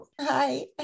Hi